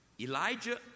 Elijah